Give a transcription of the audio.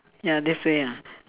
ya this way ah